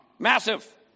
massive